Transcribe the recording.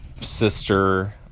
sister